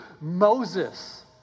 Moses